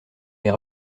les